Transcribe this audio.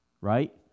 right